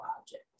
object